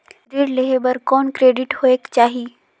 ऋण लेहे बर कौन क्रेडिट होयक चाही?